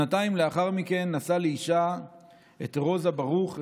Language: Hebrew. שנתיים לאחר מכן נשא לאישה את רוזה ברוך,